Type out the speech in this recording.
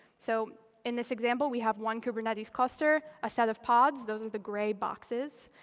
so in this example, we have one kubernetes cluster, a set of pods those are the gray boxes.